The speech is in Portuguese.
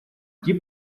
que